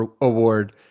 award